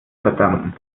verdanken